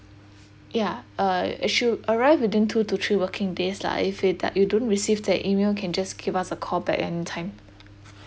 ya uh it should arrive within two to three working days lah if it doe~ you don't receive the email can just give us a call back anytime